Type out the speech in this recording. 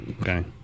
okay